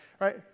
right